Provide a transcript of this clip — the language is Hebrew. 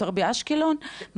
יותר באשקלון?